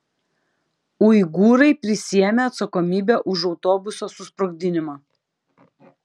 uigūrai prisiėmė atsakomybę už autobuso susprogdinimą